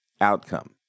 outcome